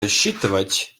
рассчитывать